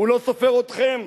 הוא לא סופר אתכם.